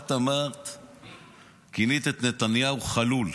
את כינית את נתניהו "חלול".